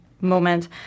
moment